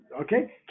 Okay